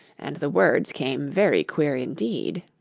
and the words came very queer indeed